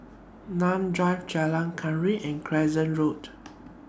Nim Drive Jalan Kenarah and Crescent Road